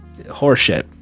Horseshit